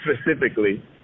specifically